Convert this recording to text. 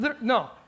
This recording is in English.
No